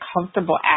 comfortable